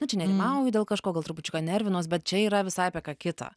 nu čia nerimauju dėl kažko gal trupučiuką nervinuos bet čia yra visai apie ką kitą